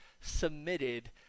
submitted